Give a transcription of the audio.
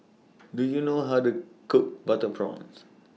Do YOU know How to Cook Butter Prawns